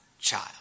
child